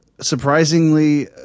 surprisingly